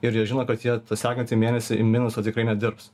ir jie žino kad jie sekantį mėnesį į minusą tikrai nedirbs